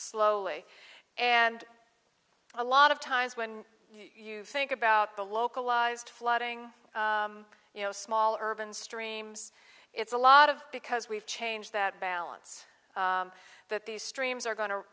slowly and a lot of times when you think about the localized flooding you know small urban streams it's a lot of because we've changed that balance that these streams are go